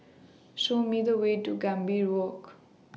Show Me The Way to Gambir Walk